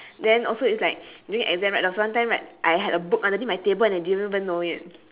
then also it's like during exam right there's one time right I had a book underneath my table and I didn't even know it